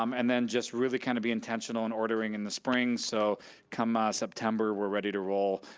um and then just really kind of be intentional in ordering in the spring so come ah september, we're ready to roll.